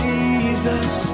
Jesus